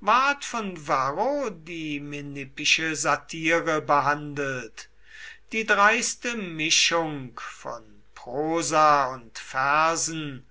ward von varro die menippische satire behandelt die dreiste mischung von prosa und versen